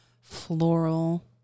floral